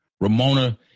Ramona